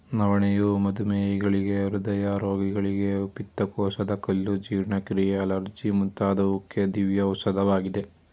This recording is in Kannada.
ನವಣೆಯು ಮಧುಮೇಹಿಗಳಿಗೆ, ಹೃದಯ ರೋಗಿಗಳಿಗೆ, ಪಿತ್ತಕೋಶದ ಕಲ್ಲು, ಜೀರ್ಣಕ್ರಿಯೆ, ಅಲರ್ಜಿ ಮುಂತಾದುವಕ್ಕೆ ದಿವ್ಯ ಔಷಧವಾಗಿದೆ